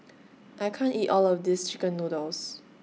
I can't eat All of This Chicken Noodles